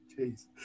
Jeez